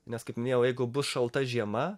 nes kaip minėjau jeigu bus šalta žiema